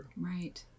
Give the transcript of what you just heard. Right